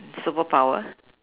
superpower